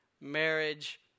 marriage